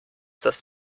das